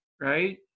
right